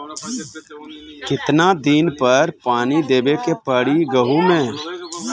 कितना दिन पर पानी देवे के पड़ी गहु में?